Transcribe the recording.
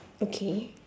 okay